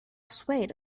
swayed